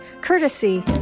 courtesy